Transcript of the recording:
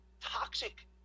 toxic